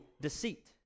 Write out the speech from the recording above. deceit